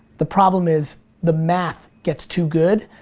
the problem is the math gets too good,